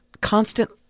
constant